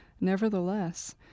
Nevertheless